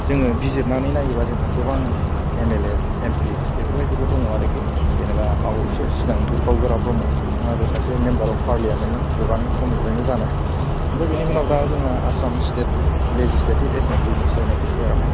जोङो बिजिरनानै नायोबा जोंहा गोबां M L A M Ps बेफोरबायदिबो दङ आरोकि जेनेबा बावैसो सिगां उर्खाव गोरा ब्रह्म बिथाङाबो सासे मेम्बार अफ पार्लियामेन्टमोन गोबां समनिफ्रायनो जानाय ओमफ्राय बिनि उनाव दा जोंहा आसाम स्टेट लेजिस्लेटिभ एसेमब्लिनि जायनाखि सेयारमेन